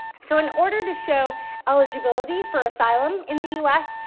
so in order to show eligibility for asylum in the us,